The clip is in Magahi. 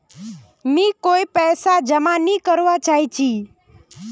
मी कोय पैसा जमा नि करवा चाहची